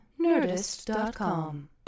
Nerdist.com